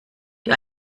die